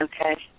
Okay